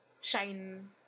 shine